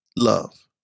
love